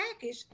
package